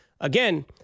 Again